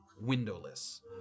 windowless